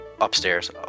upstairs